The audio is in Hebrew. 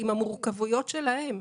עם המורכבויות שלהם.